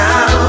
Now